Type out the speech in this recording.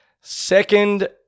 Second